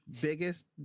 Biggest